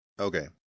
Okay